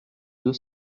deux